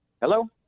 Hello